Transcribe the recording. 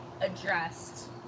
addressed